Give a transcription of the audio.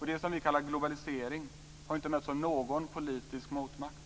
Det som vi kallar globalisering har inte mötts av någon politisk motmakt.